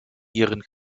ihren